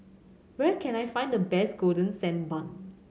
where can I find the best Golden Sand Bun